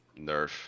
nerf